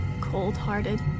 Cold-hearted